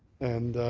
and